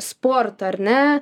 sportu ar ne